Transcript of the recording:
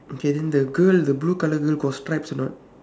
okay then the girl the blue colour girl got stripes or not